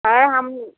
है हम